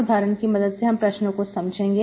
उदाहरण की मदद से हम प्रश्नों को समझेंगे